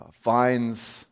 finds